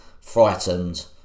frightened